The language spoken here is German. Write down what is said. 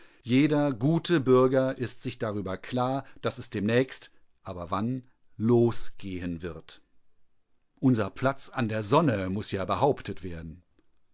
jeder gute bürger ist sich darüber klar daß es demnächst aber wann losgehen wird unser platz an der sonne muß ja behauptet werden